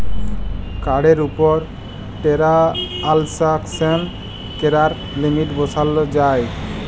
কাড়ের উপর টেরাল্সাকশন ক্যরার লিমিট বসাল যায়